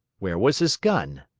where was his gun?